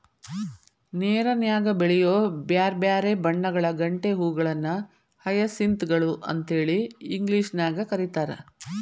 ನೇರನ್ಯಾಗ ಬೆಳಿಯೋ ಬ್ಯಾರ್ಬ್ಯಾರೇ ಬಣ್ಣಗಳ ಗಂಟೆ ಹೂಗಳನ್ನ ಹಯಸಿಂತ್ ಗಳು ಅಂತೇಳಿ ಇಂಗ್ಲೇಷನ್ಯಾಗ್ ಕರೇತಾರ